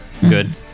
Good